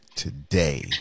today